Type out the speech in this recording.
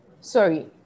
Sorry